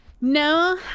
no